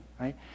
right